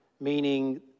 meaning